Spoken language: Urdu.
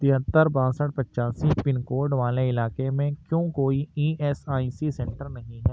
تہتر باسٹھ پچاسی پنکوڈ والے علاقے میں کیوں کوئی E S I C centre نہیں ہے